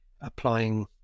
applying